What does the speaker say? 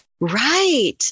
right